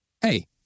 Hey